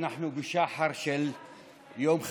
אנחנו בשחר של יום חדש.